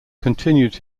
continued